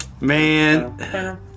Man